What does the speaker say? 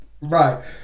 Right